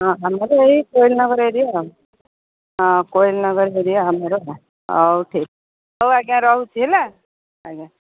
ହଁ ଆମର ଏଇ କୋଏଲ୍ ନଗର ଏରିଆ ଆଉ ହଁ କୋଏଲ୍ ନଗର ଏରିଆ ଆମର ହଉ ଠିକ୍ ହଉ ଆଜ୍ଞା ରହୁଛି ହେଲା ଆଜ୍ଞା